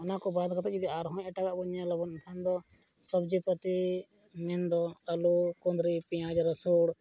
ᱚᱱᱟᱠᱚ ᱵᱟᱫᱽ ᱠᱟᱛᱮᱫ ᱡᱩᱫᱤ ᱟᱨᱦᱚᱸ ᱮᱴᱟᱜᱟᱜ ᱵᱚᱱ ᱧᱮᱞ ᱟᱵᱚᱱ ᱮᱱᱠᱷᱟᱱ ᱫᱚ ᱥᱚᱵᱽᱡᱤᱼᱯᱟᱹᱛᱤ ᱢᱮᱱᱫᱚ ᱟᱹᱞᱩ ᱠᱩᱸᱫᱽᱨᱤ ᱯᱮᱸᱭᱟᱡᱽ ᱨᱟᱹᱥᱩᱱ